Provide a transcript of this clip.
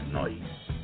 night